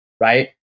right